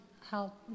help